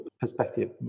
perspective